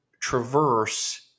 traverse